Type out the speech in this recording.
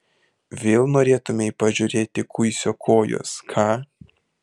vėl norėtumei pažiūrėti kuisio kojos ką